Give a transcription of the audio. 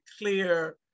clear